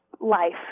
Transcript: life